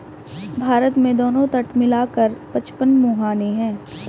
भारत में दोनों तट मिला कर पचपन मुहाने हैं